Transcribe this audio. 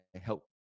help